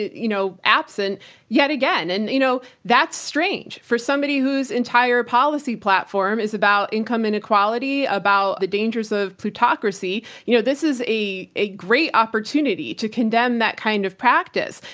you know, absent yet again. and you know, that's strange for somebody whose entire policy platform is about income inequality, about the dangers of plutocracy. you know this is a a great opportunity to condemn that kind of practice.